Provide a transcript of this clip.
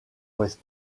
ouest